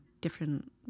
different